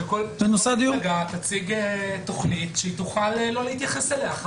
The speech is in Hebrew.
שכל מפלגה תציג תכנית שהיא תוכל לא להתייחס אליה.